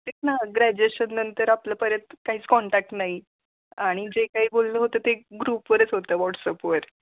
तेच ना ग्रॅज्युएशननंतर आपलं परत काहीच कॉन्टॅक नाही आणि जे काही बोलणं होतं ते ग्रुपवरच होतं वॉट्सअपवर